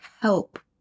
help